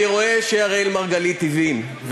אני רואה שאראל מרגלית הבין.